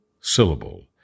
syllable